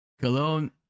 Cologne